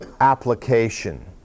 application